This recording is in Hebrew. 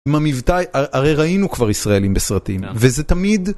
מה מבטא? הרי ראינו כבר ישראלים בסרטים, וזה תמיד...